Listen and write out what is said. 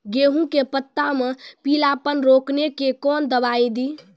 गेहूँ के पत्तों मे पीलापन रोकने के कौन दवाई दी?